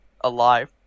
alive